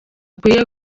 akwiye